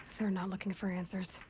they're not looking for answers.